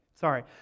Sorry